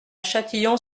châtillon